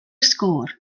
sgôr